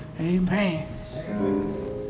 amen